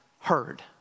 heard